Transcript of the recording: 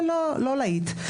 לא להיט.